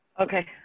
Okay